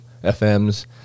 FMs